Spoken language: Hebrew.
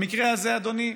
במקרה הזה, אדוני,